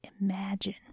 imagine